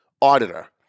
auditor